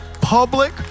public